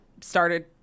started